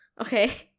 Okay